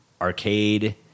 arcade